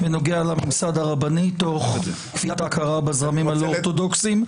בנוגע למוסד הרבני תוך כפיית ההכרה בזרמים הלא אורתודוכסיים.